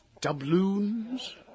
Doubloons